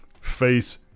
face